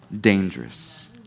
dangerous